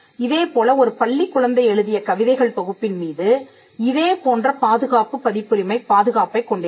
இதேபோல் ஒரு பள்ளிக் குழந்தை எழுதிய கவிதைகள் தொகுப்பின் மீது இதே போன்ற பாதுகாப்பு பதிப்புரிமை பாதுகாப்பைக் கொண்டிருக்கும்